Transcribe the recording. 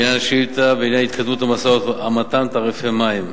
1 2. לעניין השאלה בעניין התקדמות המשא-ומתן בנושא תעריפי המים,